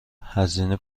هزینه